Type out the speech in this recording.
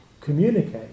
communicate